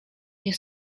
nie